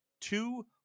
two